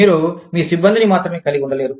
మీరు మీ సిబ్బందిని మాత్రమే కలిగి ఉండలేరు